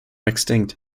extinct